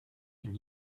and